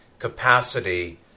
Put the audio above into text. capacity